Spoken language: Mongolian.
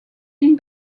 энэ